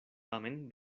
tamen